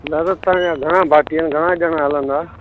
राजस्थान जा घणा भाती आहिनि घणा ॼणा हलंदा